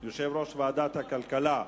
יושב-ראש ועדת הכלכלה.